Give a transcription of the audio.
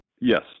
Yes